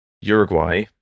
Uruguay